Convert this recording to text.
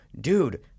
Dude